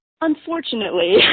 Unfortunately